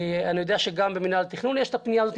אני יודע שגם במינהל התכנון יש את הפנייה הזאת